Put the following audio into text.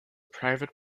private